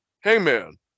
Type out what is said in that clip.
Hangman